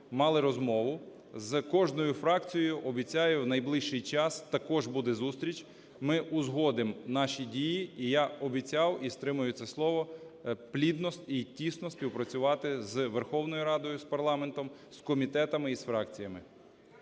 мали розмову. З кожною фракцією, обіцяю, в найближчий час також буде зустріч. Ми узгодимо наші дії і я обіцяв, і стримаю це слово, плідно і тісно співпрацювати з Верховною Радою, з парламентом, з комітетами і з фракціями.